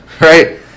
right